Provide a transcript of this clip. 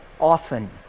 often